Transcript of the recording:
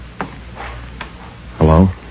Hello